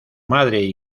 madre